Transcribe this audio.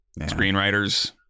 screenwriters